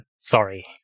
Sorry